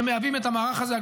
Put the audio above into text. שמהווים את המערך הזה.